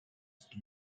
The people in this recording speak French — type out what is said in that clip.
qui